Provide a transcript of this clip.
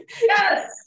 yes